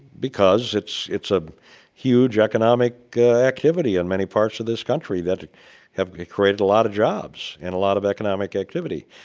because it's it's a huge economic activity in many parts of this country that have created a lot of jobs and a lot of economic activity.